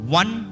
one